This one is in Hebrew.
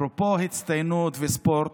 אפרופו הצטיינות וספורט,